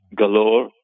galore